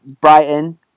Brighton